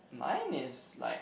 mine is like